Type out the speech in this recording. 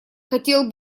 хотел